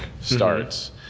starts